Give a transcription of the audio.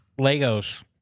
Legos